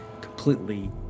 completely